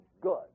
good